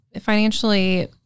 financially